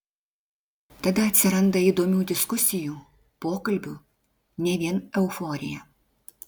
tada atsiranda įdomių diskusijų pokalbių ne vien euforija